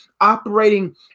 operating